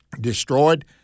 destroyed